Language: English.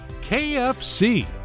kfc